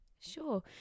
Sure